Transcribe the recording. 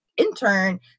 intern